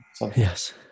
Yes